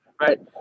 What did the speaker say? right